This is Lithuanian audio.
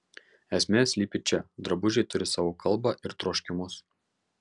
esmė slypi čia drabužiai turi savo kalbą ir troškimus